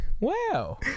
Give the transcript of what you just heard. Wow